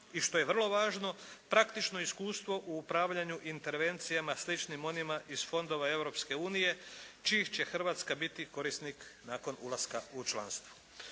i što je vrlo važno, praktično iskustvo u upravljanju intervencijama sličnim onima iz fondova Europske unije čijih će Hrvatska biti korisnik nakon ulaska u članstvo.